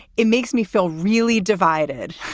it makes me feel really divided,